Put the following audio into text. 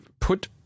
put